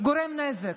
שגורם נזק,